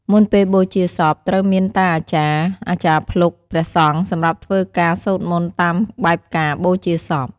មុនពេលបូជាសពត្រូវមានតាអាចារ្យ អាចារ្យភ្លុក ព្រះសង្ឃ សម្រាប់ធ្វើការ សូត្រមន្តតាមបែបការបូជាសព។